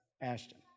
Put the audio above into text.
Ashton